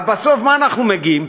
בסוף, למה אנחנו מגיעים?